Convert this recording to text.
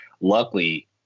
luckily